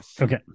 Okay